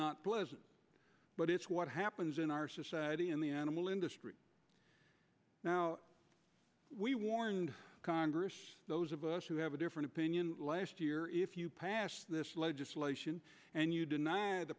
not pleasant but it's what happens in our society in the animal industry now we warned congress those of us who have a different opinion last year if you pass this legislation and you deny the